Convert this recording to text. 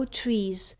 trees